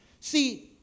See